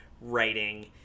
writing